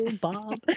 bob